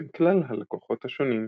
בין כלל הלקוחות השונים.